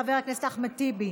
חבר הכנסת אחמד טיבי,